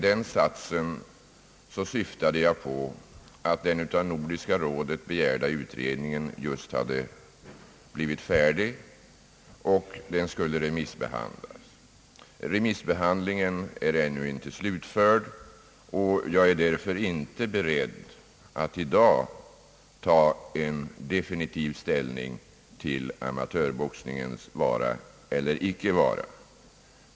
Jag avsåg med detta att den av Nordiska rådet begärda utredningen just hade blivit färdig och skulle remissbehandlas. Remissbehandlingen har ännu inte slutförts, och jag är därför inte beredd att i dag ta definitiv ställning till amatörboxningens vara eller icke vara.